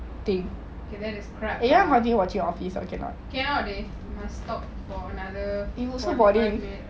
okay that is crap lah cannot leh must talk for another forty five minutes